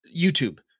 YouTube